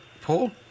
Paul